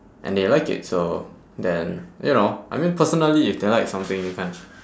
and they like it so then you know I mean personally if they like something you can't